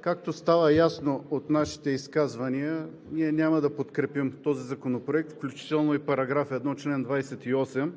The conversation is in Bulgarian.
Както става ясно от нашите изказвания, ние няма да подкрепим този законопроект, включително и § 1, чл. 28,